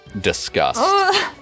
disgust